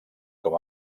com